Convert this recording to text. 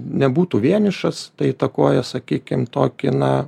nebūtų vienišas tai įtakoja sakykim tokį na